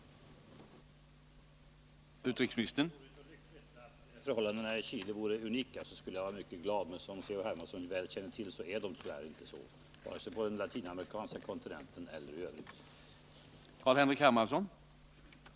Det var just därför jag ställde min fråga till utrikesministern.